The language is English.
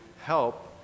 help